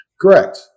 Correct